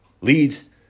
leads